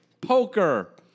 poker